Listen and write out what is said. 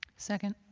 second